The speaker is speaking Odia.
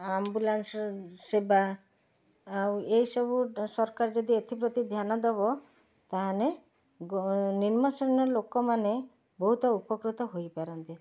ଆମ୍ବୁଲାନ୍ସ ସେବା ଆଉ ଏ ସବୁ ସରକାର ଯଦି ଏଥି ପ୍ରତି ଧ୍ୟାନ ଦେବ ତାହାଲେ ନିମ୍ନ ଶ୍ରେଣୀର ଲୋକମାନେ ବହୁତ ଉପକୃତ ହୋଇପାରନ୍ତେ